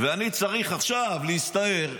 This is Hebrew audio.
ואני צריך עכשיו להסתער,